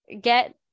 get